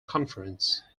conference